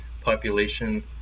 population